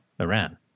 iran